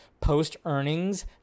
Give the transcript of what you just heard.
post-earnings